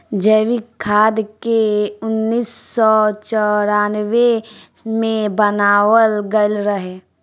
जैविक खाद के उन्नीस सौ चौरानवे मे बनावल गईल रहे